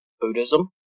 Buddhism